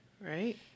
Right